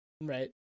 Right